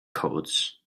codes